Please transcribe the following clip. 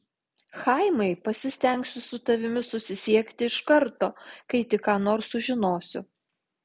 chaimai pasistengsiu su tavimi susisiekti iš karto kai tik ką nors sužinosiu